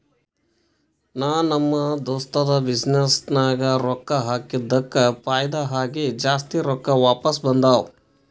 ನಾ ನಮ್ ದೋಸ್ತದು ಬಿಸಿನ್ನೆಸ್ ನಾಗ್ ರೊಕ್ಕಾ ಹಾಕಿದ್ದುಕ್ ಫೈದಾ ಆಗಿ ಜಾಸ್ತಿ ರೊಕ್ಕಾ ವಾಪಿಸ್ ಬಂದಾವ್